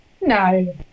no